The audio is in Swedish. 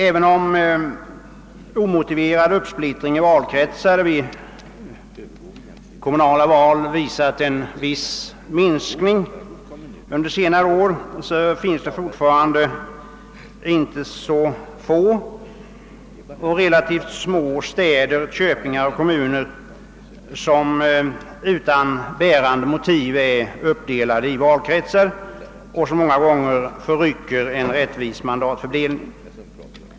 även om den omotiverade uppsplittringen i valkretsar vid kommunala val visat en viss minskning under senare år, finns det fortfarande inte så få relativt små städer, köpingar och kommuner som utan bärande motiv är uppdelade i valkretsar som många gånger förrycker en rättvis mandatfördelning.